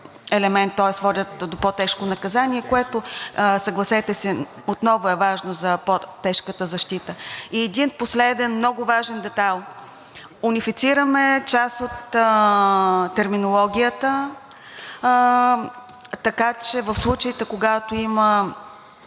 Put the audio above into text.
елемент, тоест водят до по-тежко наказание, което, съгласете се, отново е важно за по-тежката защита. И един последен, много важен детайл – унифицираме част от терминологията, така че в случаите, когато има